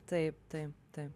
taip taip taip